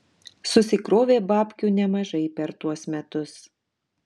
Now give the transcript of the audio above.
susikrovė babkių nemažai per tuos metus